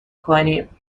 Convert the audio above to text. کنیم